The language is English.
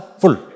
full